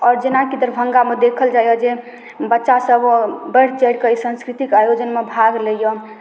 आओर जेनाकि दरभंगामे देखल जाइए जे बच्चा सब ओ बढ़ि चढ़िके ई सांस्कृतिक आयोजनमे भाग लैये